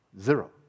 Zero